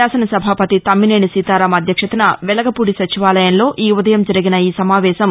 శాసన సభాపతి తమ్మినేని సీతారాం అధ్యక్షతన వెలగపూడి సచివాలయంలో ఈ ఉదయం జరిగిన ఈ సమావేశం